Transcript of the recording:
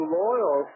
loyal